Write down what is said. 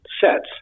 sets